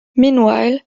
meanwhile